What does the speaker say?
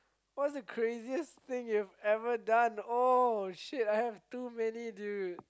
what's the craziest thing you have ever done oh shit I have too many dude